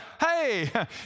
Hey